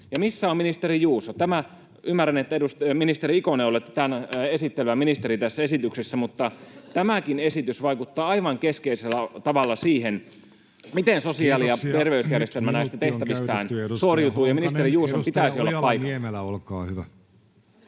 Ja missä on ministeri Juuso? Ymmärrän, että ministeri Ikonen, olette esittelevä ministeri tässä esityksessä, mutta tämäkin esitys vaikuttaa aivan keskeisellä tavalla siihen, miten sosiaali- ja terveysjärjestelmä [Puhemies: Kiitoksia, nyt minuutti on käytetty!] näistä